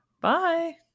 Bye